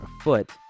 afoot